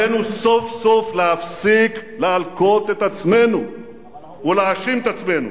עלינו סוף-סוף להפסיק להלקות את עצמנו ולהאשים את עצמנו.